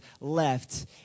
left